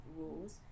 rules